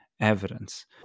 evidence